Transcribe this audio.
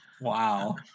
Wow